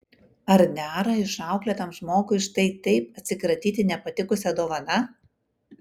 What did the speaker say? ar dera išauklėtam žmogui štai taip atsikratyti nepatikusia dovana